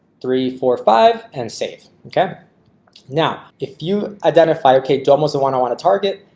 three, four, five and save. okay now if you identify, ok, domo is the one i want to target,